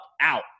out